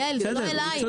בסדר, היא צודקת.